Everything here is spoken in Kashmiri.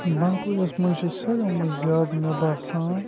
بنٛڈپوٗرِس منٛز چھِ سٲرِیو منٛز زیادٕ مےٚ باسان